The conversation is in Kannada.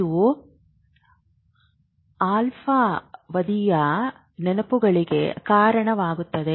ಇದು ಅಲ್ಪಾವಧಿಯ ನೆನಪುಗಳಿಗೆ ಕಾರಣವಾಗಿದೆ